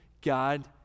God